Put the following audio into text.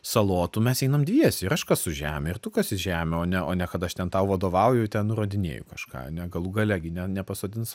salotų mes einam dviese ir aš kasu žemę ir tu kasi žemę o ne o ne kad aš ten tau vadovauju ten nurodinėju kažką ane galų gale gi ne nepasodins